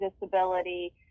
disability